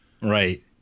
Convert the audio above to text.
Right